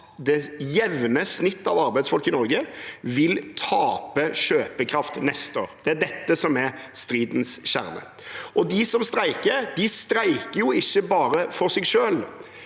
om det jevne snitt av arbeidsfolk i Norge vil tape kjøpekraft neste år. Det er dette som er stridens kjerne. De som streiker, streiker jo ikke bare for seg selv.